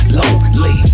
lonely